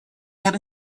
cat